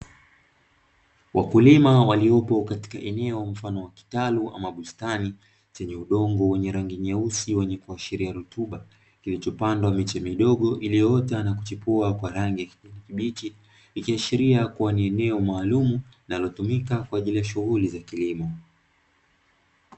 Wakulima waliopo katika eneo mfano wa kitali ama bustani, chenye udongo wenye rangi nyeusi wenye kuashiria rutuba, kilichopandwa miche midogo iliyoota na kuchipuka kwa rangi ya kijani kibichi, ikiashiria kua ni eneo maalumu linalotumika kwaajili ya shughuli zakilimo.